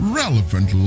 relevant